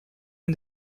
and